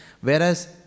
whereas